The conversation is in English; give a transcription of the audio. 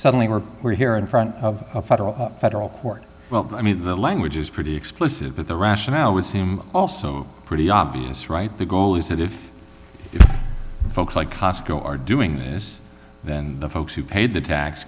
suddenly we're we're here in front of a federal federal court well i mean the language is pretty explicit but the rationale would seem also pretty obvious right the goal is that if folks like cosco are doing this then the folks who paid the tax